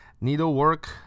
Needlework